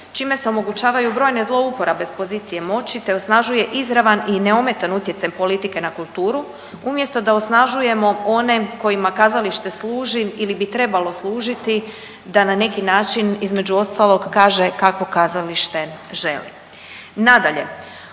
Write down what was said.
čime se omogućavaju brojne zlouporabe s pozicije moći te osnažuje izravan i neometan utjecaj politike na kulturu umjesto da osnažujemo one kojima kazalište služi ili bi trebalo služiti da na neki način između ostalog kaže kakvo kazalište želi. Nadalje,